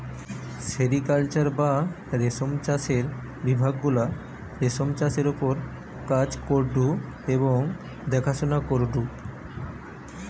sericulture বা রেশম চাষের বিভাগ গুলা রেশমের চাষের ওপর কাজ করঢু এবং দেখাশোনা করঢু